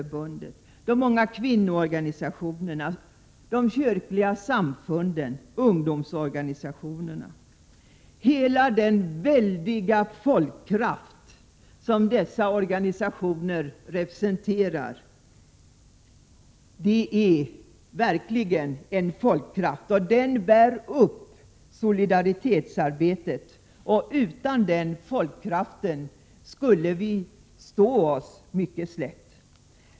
1987/88:85 kvinnoorganisationerna, de kyrkliga samfunden och ungdomsorganisatio 16 mars 1988 nerna. Hela den väldiga folkkraft som dessa organisationer representerar — det är verkligen en folkkraft — bär upp solidaritetsarbetet. Utan den folkkraften skulle vi stå oss slätt.